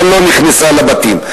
אבל לא נכנסה לבתים.